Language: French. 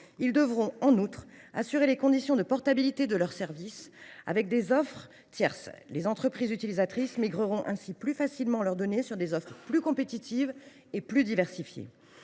Ils devront, en outre, assurer les conditions de portabilité de leurs services avec des offres tierces. Ainsi, les entreprises utilisatrices pourront plus facilement faire migrer leurs données vers des offres plus compétitives et plus diversifiées.